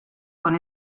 con